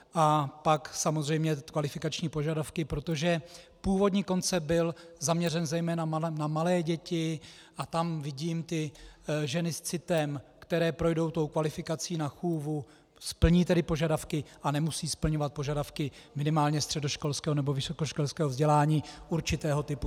A pak samozřejmě kvalifikační požadavky, protože původní koncept byl zaměřen zejména na malé děti a tam vidím ty ženy s citem, které projdou kvalifikací na chůvu, splní tedy požadavky a nemusí splňovat požadavky minimálně středoškolského nebo vysokoškolského vzdělání určitého typu.